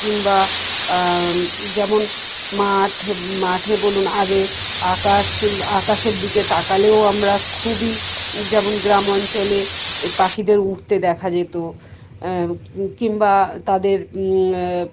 কিংবা যেমন মাঠ মাঠে বলুন আগে আকাশ আকাশের দিকে তাকালেও আমরা খুবই যেমন গ্রাম অঞ্চলে পাখিদের উঠতে দেখা যেত কিংবা তাদের